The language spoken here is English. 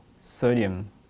sodium